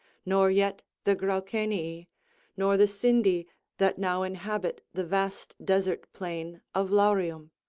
nor yet the graucenii, nor the sindi that now inhabit the vast desert plain of laurium.